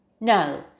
No